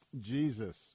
Jesus